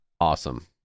Awesome